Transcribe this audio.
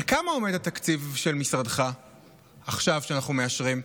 על כמה עומד התקציב של משרדך שאנחנו מאשרים עכשיו?